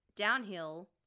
Downhill